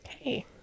Okay